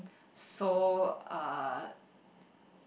so uh